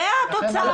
זו התוצאה.